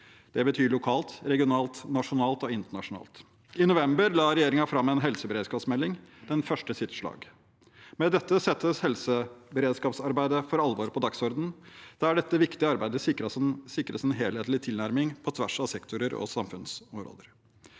det betyr lokalt, regionalt, nasjonalt og internasjonalt. I november la regjeringen fram en helseberedskapsmelding, den første i sitt slag. Med dette settes helseberedskapsarbeidet for alvor på dagsordenen, der dette viktige arbeidet sikres en helhetlig tilnærming på tvers av sektorer og samfunnsområder.